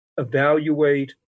evaluate